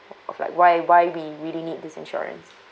of like why why we really need this insurance